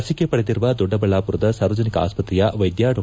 ಲಸಿಕೆ ಪಡೆದಿರುವ ದೊಡ್ಡಬಳ್ಳಾಪುರದ ಸಾರ್ವಜನಿಕ ಆಸ್ತ್ರೆಯ ವೈದ್ಯ ಡಾ